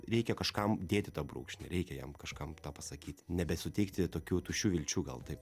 reikia kažkam dėti tą brūkšnį reikia jam kažkam pasakyti nebesuteikti tokių tuščių vilčių gal taip